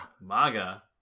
MAGA